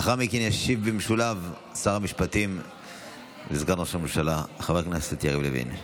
לאחר מכן ישיב במשולב שר המשפטים וסגן ראש הממשלה חבר הכנסת יריב לוין.